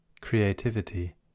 creativity